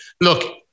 look